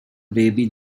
baby